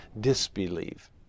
disbelieve